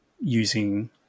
using